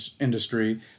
industry